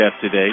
today